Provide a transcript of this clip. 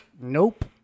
Nope